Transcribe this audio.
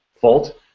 fault